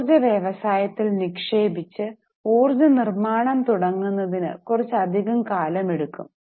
ഊർജ വ്യവസായത്തിൽ നിക്ഷേപിച്ചു ഊർജ നിർമാണം തുടങ്ങുന്നതിനു കുറച്ചു അധികം കാലം എടുക്കും